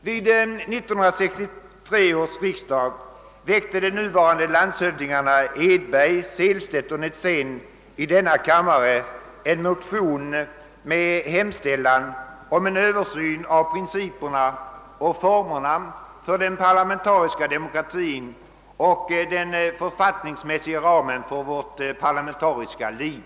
Vid 1963 års riksdag väckte de nuvarande landshövdingarna Edberg, Sehlstedt och Netzén i denna kammare en motion med hemställan om översyn av principerna och formerna för den parlamentariska demokratin och den författningsmässiga ramen för vårt parlamentariska liv.